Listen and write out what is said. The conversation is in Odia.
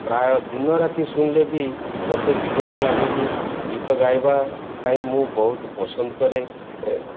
ପ୍ରାୟ ଦିନ ରାତି ଶୁଣିଲେ ବି ମତେ ବିଜାର ଲାଗେନି ଗୀତ ଗାଇବା ପାଇଁ ମୁଁ ବହୁତ ପସନ୍ଦ କରେ